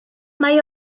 mae